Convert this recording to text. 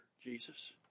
Jesus